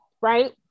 right